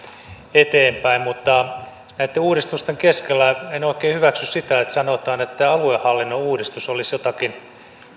eteenpäin mutta näitten uudistusten keskellä en oikein hyväksy sitä että sanotaan että aluehallinnon uudistus olisi jotakin